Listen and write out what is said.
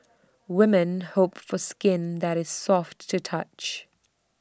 women hope for skin that is soft to touch